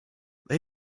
they